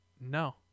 No